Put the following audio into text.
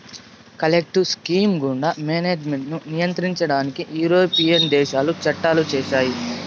collective scheme గుండా management ను నియంత్రించడానికి యూరోపియన్ దేశాలు చట్టాలు చేశాయి